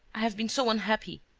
i have been so unhappy!